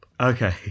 Okay